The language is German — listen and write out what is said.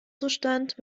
zustand